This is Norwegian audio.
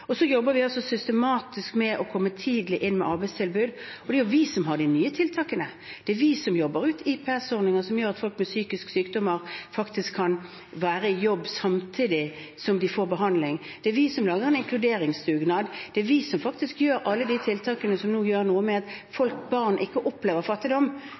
jobber også systematisk med å komme tidlig inn med arbeidstilbud. Det er jo vi som har de nye tiltakene. Det er vi som utarbeider IPS-ordninger som gjør at folk med psykiske sykdommer kan være i jobb samtidig som de får behandling. Det er vi som lager en inkluderingsdugnad. Det er vi som innfører alle de tiltakene som nå gjør noe med at barn ikke opplever fattigdom